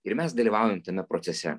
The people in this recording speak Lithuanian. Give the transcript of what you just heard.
ir mes dalyvaujam tame procese